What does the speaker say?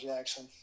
Jackson